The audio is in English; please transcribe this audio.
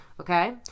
Okay